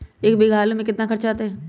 एक बीघा आलू में केतना खर्चा अतै?